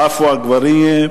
עפו אגבאריה,